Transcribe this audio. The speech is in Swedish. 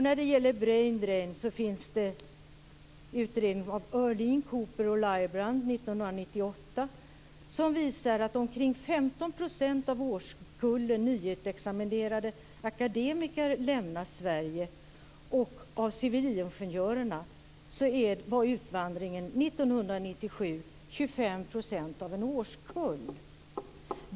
När det gäller braindrain finns det en utredning av Öhrling, Coopers & Lybrand från 1998 som visar att omkring 15 % av årskullen nyutexaminerade akademiker lämnar Sverige. Bland civilingenjörerna var utvandringen 1997 25 % av en årskull.